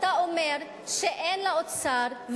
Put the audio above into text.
אתה אומר שאין לאוצר,